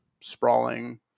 sprawling